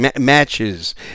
matches